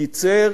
ייצר